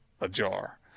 ajar